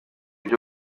byo